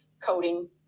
coding